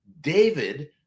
David